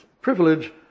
privilege